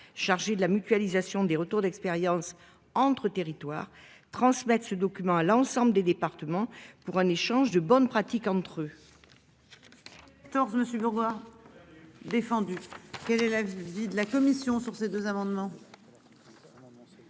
chargé de la mutualisation des retours d'expériences entre territoires transmettre ce document à l'ensemble des départements pour un échange de bonnes pratiques entre eux. Donc je me suis. Des. Quel est l'avis de la commission sur ces deux amendements.